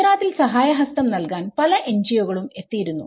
ഗുജറാത്തിൽ സഹായഹസ്തം നൽകാൻ പല NGO കളും എത്തിയിരുന്നു